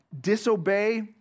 disobey